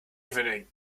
evening